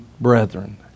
brethren